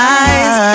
eyes